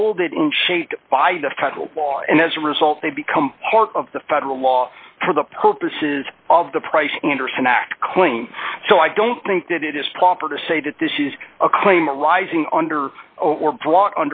and shaped by the federal law and as a result they become part of the federal law for the purposes of the price anderson act claim so i don't think that it is proper to say that this is a claim arising under or b